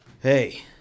Hey